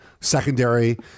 secondary